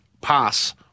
pass